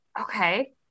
Okay